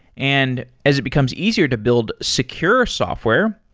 and as it becomes easier to build secure software,